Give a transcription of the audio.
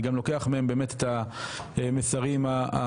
אני גם לוקח מהם את המסרים החשובים,